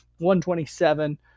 127